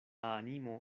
animo